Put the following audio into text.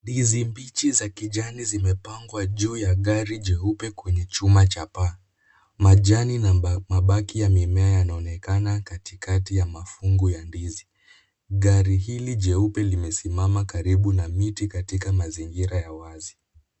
Ndizi mbichi za kijani zimepangwa juu ya gari jeupe kwenye chuma cha paa. Majani na mabaki ya mimea yanaonekana katikati ya mafungu ya ndizi. Gari hili jeupe limesimama karibu na miti katika mazingira ya wazi.